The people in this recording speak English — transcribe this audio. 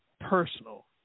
personal